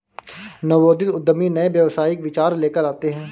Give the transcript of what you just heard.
नवोदित उद्यमी नए व्यावसायिक विचार लेकर आते हैं